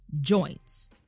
joints